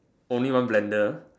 only one blender